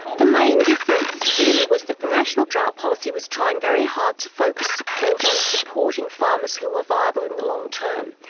the main difference really was that the national drought policy was trying very hard to focus support on supporting farmers who were viable in the long term.